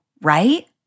right